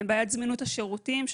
בעיית זמינות השירותים,